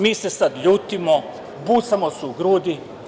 Mi se sada ljutimo, busamo se u grudi.